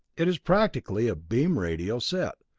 it is practically a beam radio set,